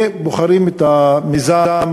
ובוחרים את המיזם